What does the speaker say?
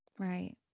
Right